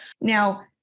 Now